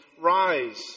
Rise